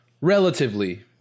relatively